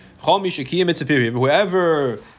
whoever